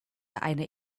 eine